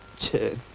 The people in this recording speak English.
to